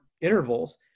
intervals